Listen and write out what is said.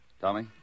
Tommy